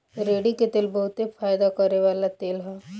रेड़ी के तेल बहुते फयदा करेवाला तेल ह